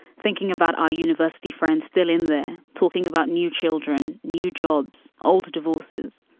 thinking about our university friends still in there, talking about new children, new jobs, older divorces.